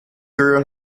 girl